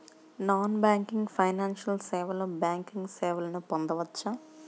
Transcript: Non banking financial సేవలో banking సేవలను పొందవచ్చా?